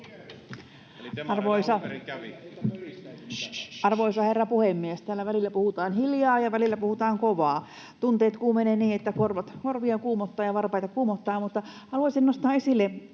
— Puhemies koputtaa] — Täällä välillä puhutaan hiljaa ja välillä puhutaan kovaa. Tunteet kuumenevat niin, että korvia kuumottaa ja varpaita kuumottaa. Haluaisin nostaa esille